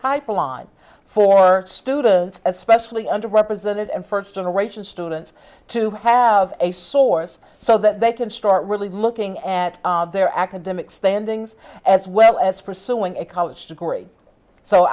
pipeline for students especially under represented and first generation students to have a source so that they can start really looking at their academic standings as well as pursuing a college degree so